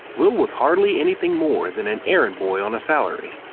will was hardly anything more than an errand boy on a salary.